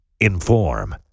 inform